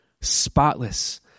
spotless